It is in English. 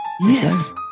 Yes